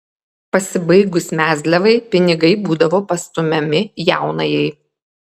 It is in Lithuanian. pasibaigus mezliavai pinigai būdavo pastumiami jaunajai